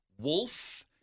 wolf